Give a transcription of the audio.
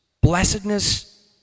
blessedness